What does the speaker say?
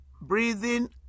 breathing